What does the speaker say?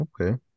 Okay